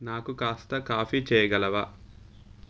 నాకు కాస్త కాఫీ చేయగలవా